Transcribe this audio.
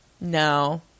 No